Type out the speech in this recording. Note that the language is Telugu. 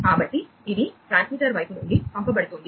కాబట్టి ఇది ట్రాన్స్మిటర్ వైపు నుండి పంపబడుతోంది